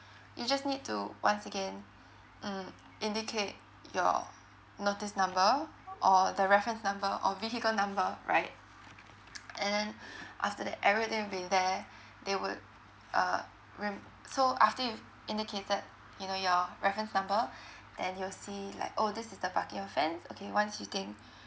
you just need to once again mm indicate your notice number or the reference number or vehicle number right and then after that everything will be there they would err re~ so after you indicated you know your reference number then you'll see like oh this is the parking offence okay once again